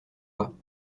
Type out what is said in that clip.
pas